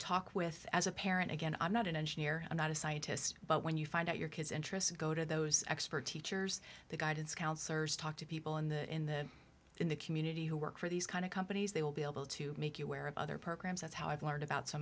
talk with as a parent again i'm not an engineer i'm not a scientist but when you find out your kids interests go to those experts heaters the guidance counselors talk to people in the in the in the community who work for these kind of companies they will be able to make you aware of other programs that's how i've learned about so